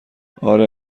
آره